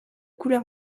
couleur